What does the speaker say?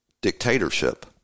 dictatorship